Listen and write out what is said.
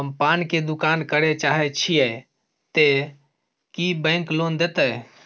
हम पान के दुकान करे चाहे छिये ते की बैंक लोन देतै?